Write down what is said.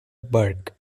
burke